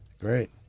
great